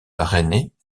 rennais